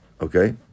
Okay